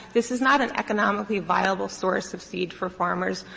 this is not an economically viable source of seed for farmers,